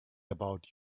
about